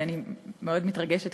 אני מאוד מתרגשת,